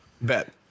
Bet